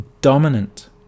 dominant